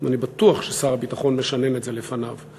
ואני בטוח ששר הביטחון משנן את זה לפניו,